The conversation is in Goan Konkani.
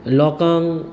लोकांग